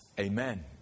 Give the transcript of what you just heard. Amen